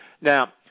Now